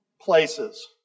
places